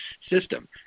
system